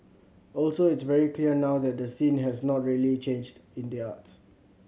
also it's very clear now that the scene has not really changed in the arts